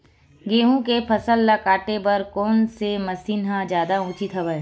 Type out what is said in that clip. गेहूं के फसल ल काटे बर कोन से मशीन ह जादा उचित हवय?